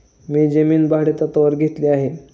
मी जमीन भाडेतत्त्वावर घेतली आहे